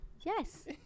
Yes